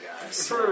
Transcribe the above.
guys